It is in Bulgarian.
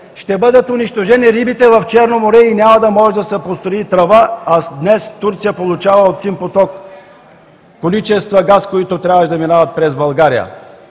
ще бъдат унищожени рибите в Черно море и няма да може да се построи тръба, а днес Турция получава от „Син поток“ количества газ, които трябваше да минават през България.